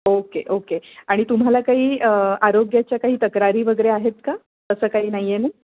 okay okay आणि तुम्हाला काही आरोग्याच्या काही तक्रारी वगैरे आहेत का तसं काही नाही आहे ना